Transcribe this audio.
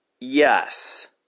yes